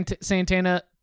Santana